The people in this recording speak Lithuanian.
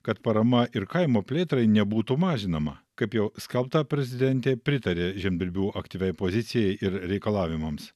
kad parama ir kaimo plėtrai nebūtų mažinama kaip jau skelbta prezidentė pritarė žemdirbių aktyviai pozicijai ir reikalavimams